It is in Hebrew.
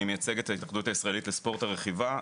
אני מייצג את ההתאחדות הישראלית לספורט הרכיבה.